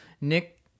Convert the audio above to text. Nick